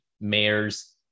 mayors